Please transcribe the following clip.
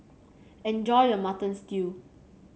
enjoy your Mutton Stew